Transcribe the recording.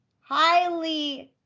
Highly